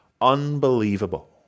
unbelievable